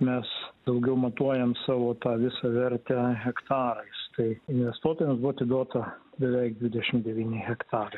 mes daugiau matuojam savo tą visą vertę hektarais tai investuotojams buvo atiduota beveik dvidešim devyni hektarai